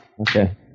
Okay